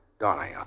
Darling